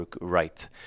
right